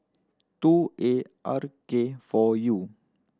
two A R K four U